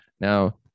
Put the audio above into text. Now